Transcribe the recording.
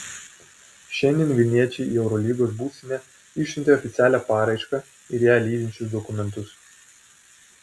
šiandien vilniečiai į eurolygos būstinę išsiuntė oficialią paraišką ir ją lydinčius dokumentus